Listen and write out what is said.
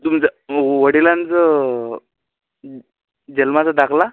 तुमचं वडिलांचं जन्माचा दाखला